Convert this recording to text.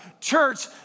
Church